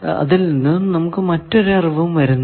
ഇതിൽ നിന്നും മറ്റൊരു അറിവും വരുന്നില്ല